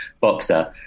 boxer